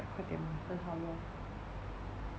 快点买很好用